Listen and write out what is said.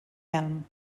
elm